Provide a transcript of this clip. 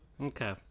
Okay